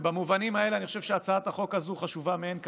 במובנים האלה אני חושב שהצעת החוק הזו חשובה מאין כמוה.